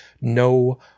no